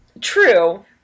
True